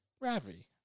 Ravi